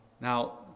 Now